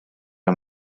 are